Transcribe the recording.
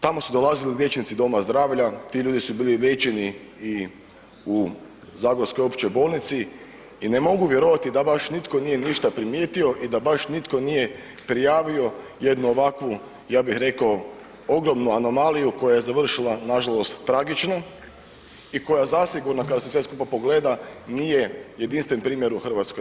Tamo su dolazili liječnici doma zdravlja, ti ljudi su bili liječeni i u zagorskoj općoj bolnici i ne mogu vjerovati da baš nitko nije ništa primijetio i da baš nitko nije prijavio jednu ovakvu, ja bih rekao ogromnu anomaliju koja je završila nažalost tragično i koja zasigurno kada se sve skupa pogleda, nije jedinstven primjer u Hrvatskoj.